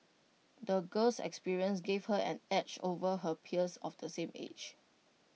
the girl's experiences gave her an edge over her peers of the same age